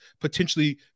potentially